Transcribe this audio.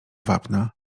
wapna